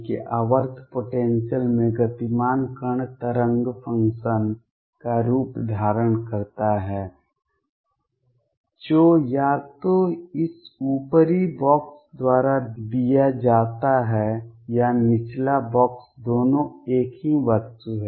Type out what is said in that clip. कि आवर्त पोटेंसियल में गतिमान कण तरंग फंक्शन का रूप धारण करता है जो या तो इस ऊपरी बॉक्स द्वारा दिया जाता है या निचला बॉक्स दोनों एक ही वस्तु है